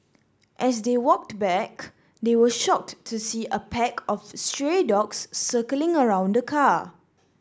as they walked back they were shocked to see a pack of stray dogs circling around the car